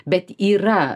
bet yra